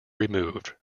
removed